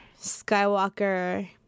Skywalker